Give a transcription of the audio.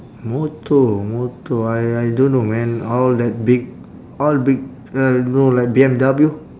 motor motor I I don't know man all that big all big uh you know like B_M_W